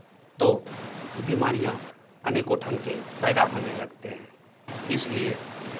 तो बीमारियाँ अनेको ढंग के पैदा होने लगते हैं इसलिए